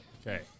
Okay